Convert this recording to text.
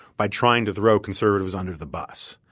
by trying to throw conservatives under the bus.